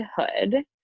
hood